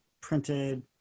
printed